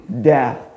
death